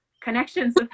connections